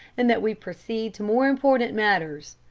and that we proceed to more important matters.